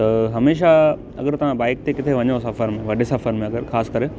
त हमेशा अगरि तव्हां बाइक ते किथे वञो था सफ़र में वॾे सफ़र में अगरि ख़ासि करे